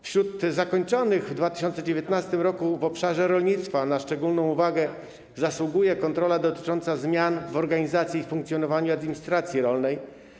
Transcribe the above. Wśród kontroli zakończonych w 2019 r. w obszarze rolnictwa na szczególną uwagę zasługuje ta dotycząca zmian w organizacji i funkcjonowaniu administracji rolnej.